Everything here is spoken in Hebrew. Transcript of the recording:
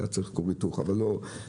היה צריך כור היתוך, אבל לא ארחיב.